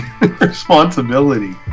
responsibility